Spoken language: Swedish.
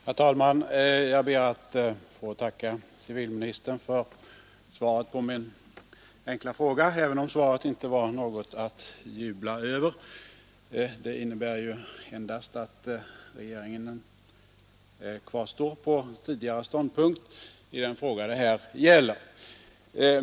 Herr talman! Jag ber att få tacka civilministern för svaret på min enkla fråga, även om svaret inte var något att jubla över. Det innebär ju endast att regeringen kvarstår på sin tidigare ståndpunkt i den fråga det här gäller.